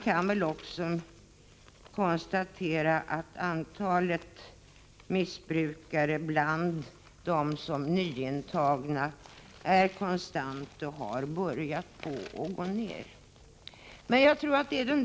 Man kan också konstatera att antalet missbrukare bland de nyintagna är konstant eller rentav har börjat gå ned.